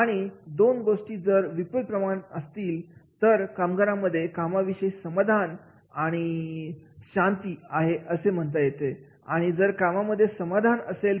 या दोनही गोष्टी जर विपुल प्रमाणात असतील तर नक्कीच कामगारांमध्ये कामाविषयी समाधान आहे म्हणजेच जॉब सतिस्फॅक्शन आहे